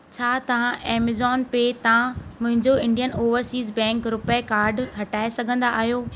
छा तहां ऐमजॉन पे तां मुंहिंजो इंडियन ओवरसीज बैंक रूपे कार्ड हटाए सघंदा आहियो